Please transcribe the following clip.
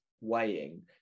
weighing